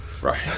right